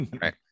right